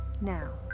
Now